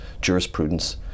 jurisprudence